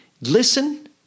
Listen